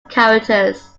characters